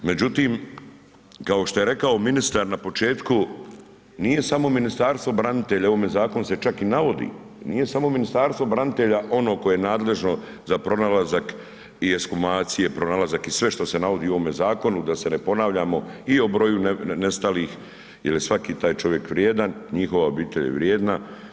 Međutim, kao što je rekao ministar na početku, nije samo Ministarstvo branitelja, u ovome zakonu se čak i navodi, nije samo Ministarstvo branitelja ono koje je nadležno za pronalazak i ekshumacije, pronalazak i sve što se navodi u ovome zakonu da se ne ponavljamo i o broju nestalih jer je svaki taj čovjek vrijedan, njihova obitelj je vrijedna.